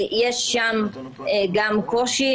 יש שם גם קושי,